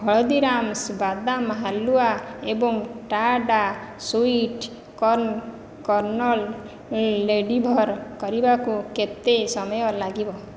ହଳଦୀରାମ୍ସ୍ ବାଦାମ ହାଲୁଆ ଏବଂ ଟା ଡ଼ା ସୁଇଟ୍ କର୍ଣ୍ଣ କର୍ଣ୍ଣଲ୍ ଡେଲିଭର୍ କରିବାକୁ କେତେ ସମୟ ଲାଗିବ